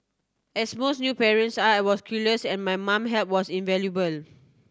as most new parents are I was clueless and my mum help was invaluable